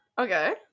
Okay